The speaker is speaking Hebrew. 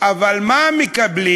אבל מה מקבלים?